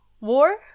war